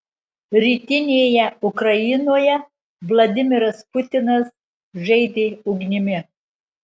rytinėje ukrainoje vladimiras putinas žaidė ugnimi